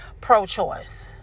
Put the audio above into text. pro-choice